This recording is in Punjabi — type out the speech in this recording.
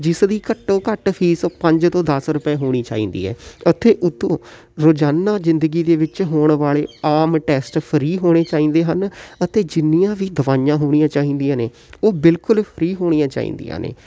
ਜਿਸਦੀ ਘੱਟੋ ਘੱਟ ਫੀਸ ਪੰਜ ਤੋਂ ਦਸ ਰੁਪਏ ਹੋਣੀ ਚਾਹੀਦੀ ਹੈ ਅਤੇ ਉੱਤੋਂ ਰੋਜ਼ਾਨਾ ਜ਼ਿੰਦਗੀ ਦੇ ਵਿੱਚ ਹੋਣ ਵਾਲੇ ਆਮ ਟੈਸਟ ਫ੍ਰੀ ਹੋਣੇ ਚਾਹੀਦੇ ਹਨ ਅਤੇ ਜਿੰਨੀਆਂ ਵੀ ਦਵਾਈਆਂ ਹੋਣੀਆਂ ਚਾਹੀਦੀਆਂ ਨੇ ਉਹ ਬਿਲਕੁਲ ਫ੍ਰੀ ਹੋਣੀਆਂ ਚਾਹੀਦੀਆਂ ਨੇ